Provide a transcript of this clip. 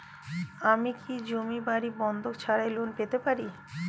আমি কি জমি বাড়ি বন্ধক ছাড়াই লোন পেতে পারি?